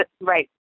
Right